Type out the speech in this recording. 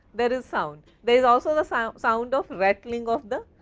there is sound, there is also the sound sound of rattling of the